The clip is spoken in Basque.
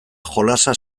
jolasa